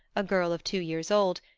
a girl of two years old,